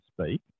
speak